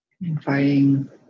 inviting